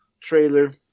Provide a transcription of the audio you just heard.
trailer